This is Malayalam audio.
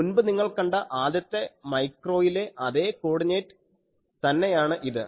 മുൻപ് നിങ്ങൾ കണ്ട ആദ്യത്തെ മൈക്രോയിലെ അതേ കോഡിനേറ്റ് തന്നെയാണ് ഇത്